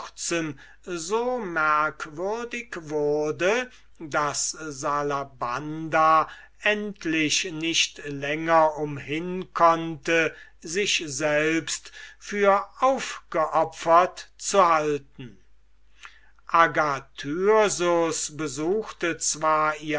so merkwürdig wurde daß salabanda endlich nicht länger umhin konnte sich selbst für aufgeopfert zu halten agathyrsus besuchte zwar